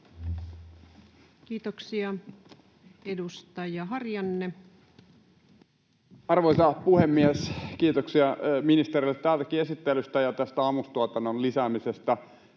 Kiitoksia. — Edustaja Harjanne. Arvoisa puhemies! Kiitoksia ministerille täältäkin esittelystä ja tästä ammustuotannon lisäämisestä.